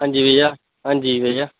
हां जी भेइया हां जी भेइया